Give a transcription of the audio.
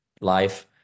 life